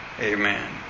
Amen